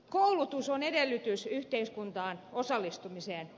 koulutus on edellytys yhteiskuntaan osallistumiselle